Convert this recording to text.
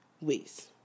ways